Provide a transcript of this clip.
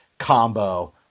combo